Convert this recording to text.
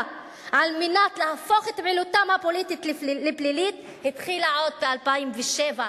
כדי להפוך את פעילותם הפוליטית לפלילית היתה עוד ב-2007.